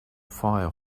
fire